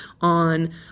on